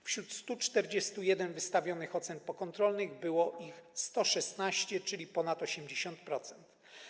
Wśród 141 wystawionych ocen pokontrolnych było ich 116, czyli ponad 80%.